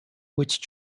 which